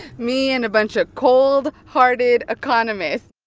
me and a bunch of cold-hearted economists